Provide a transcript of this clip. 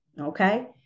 Okay